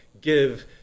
give